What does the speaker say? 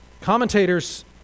Commentators